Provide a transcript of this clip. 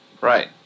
Right